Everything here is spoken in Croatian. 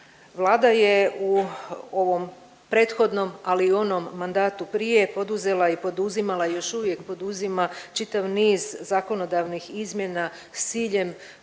Vlada je u ovom prethodnom ali i u onom mandatu prije poduzela i poduzimala i još uvijek poduzima čitav niz zakonodavnih izmjena s ciljem